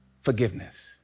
forgiveness